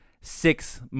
six